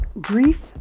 grief